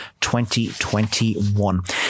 2021